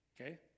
okay